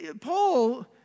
Paul